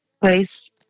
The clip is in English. place